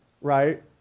right